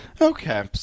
Okay